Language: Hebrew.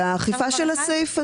על האכיפה של הסעיף הזה.